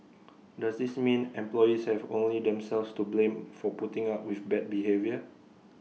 does this mean employees have only themselves to blame for putting up with bad behaviour